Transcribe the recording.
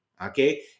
okay